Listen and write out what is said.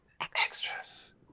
Extras